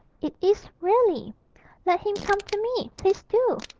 it is really let him come to me, please do!